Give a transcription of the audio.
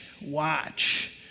watch